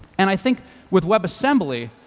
and i think with webassembly,